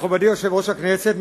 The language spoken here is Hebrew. מכובדי יושב-ראש הכנסת,